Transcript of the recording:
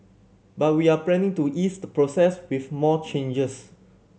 but we are planning to ease the process with more changes